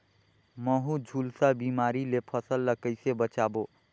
महू, झुलसा बिमारी ले फसल ल कइसे बचाबो?